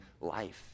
life